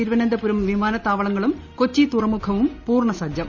തിരുവനന്തപുരം വിമാന്ത്ത്വളങ്ങളും കൊച്ചി തുറമുഖവും പൂർണ്ണ് സ്റജ്ജം